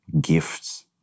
gifts